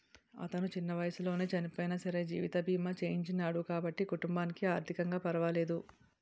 అతను చిన్న వయసులోనే చనియినా సరే జీవిత బీమా చేయించినాడు కాబట్టి కుటుంబానికి ఆర్ధికంగా పరవాలేదు